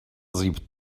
sie